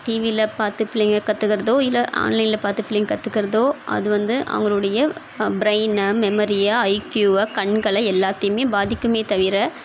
டிவியில் பார்த்து பிள்ளைங்க கற்றுக்கறதோ இல்லை ஆன்லைனில் பார்த்து பிள்ளைங்கள் கற்றுக்கறதோ அது வந்து அவங்களுடைய ப்ரெயினை மெமரியா ஐக்யூவை கண்களை எல்லாத்தையுமே பாதிக்குமே தவிர